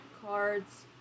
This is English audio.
cards